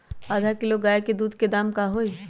आधा किलो गाय के दूध के का दाम होई?